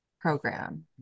program